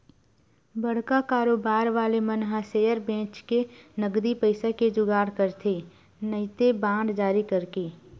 बड़का कारोबार वाले मन ह सेयर बेंचके नगदी पइसा के जुगाड़ करथे नइते बांड जारी करके